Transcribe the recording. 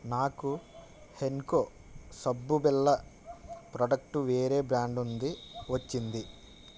నాకు హెన్కో సబ్బు బిళ్ళ ప్రాడక్టు వేరే బ్రాండుంది వచ్చింది